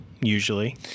usually